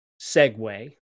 segue